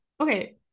okay